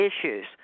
issues